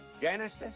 Genesis